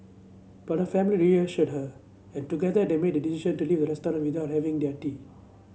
but her family reassured her and together they made the decision to leave the restaurant without having their tea